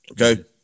okay